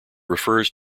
refers